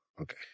Okay